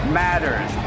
matters